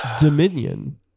dominion